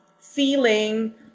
feeling